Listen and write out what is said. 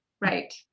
right